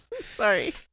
Sorry